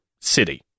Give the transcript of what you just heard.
city